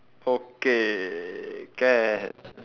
okay can